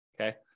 okay